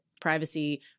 privacy